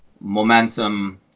momentum